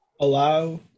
allow